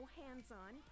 hands-on